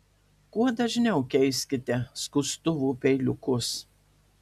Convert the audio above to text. kuo dažniau keiskite skustuvo peiliukus